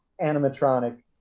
animatronic